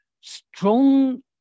strong